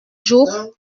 jours